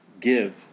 give